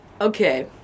Okay